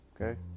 Okay